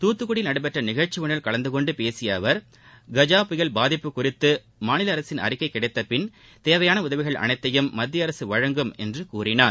தூத்துக்குடியில் நடைபெற்ற நிகழ்ச்சி ஒன்றில் கலந்துகொண்டு பேசிய அவர் கஜா புயல் பாதிப்பு குறித்து மாநில அரசின் அறிக்கை கிடைத்தபின் தேவையான உதவிகள் அனைத்தையும் மத்தியஅரசு வழங்கும் என்று கூறினார்